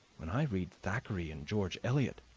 when i read thackeray and george eliot,